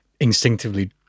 instinctively